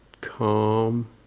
calm